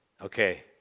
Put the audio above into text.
okay